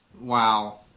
Wow